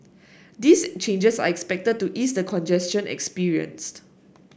these changes are expected to ease the congestion experienced